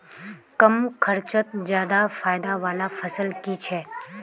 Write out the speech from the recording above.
कम खर्चोत ज्यादा फायदा वाला फसल की छे?